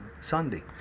Sunday